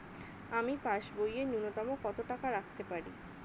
আমি পাসবইয়ে ন্যূনতম কত টাকা রাখতে পারি?